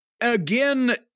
again